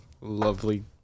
lovely